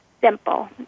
simple